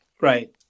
Right